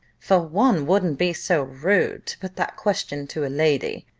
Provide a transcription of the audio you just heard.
for one wouldn't be so rude to put that question to a lady.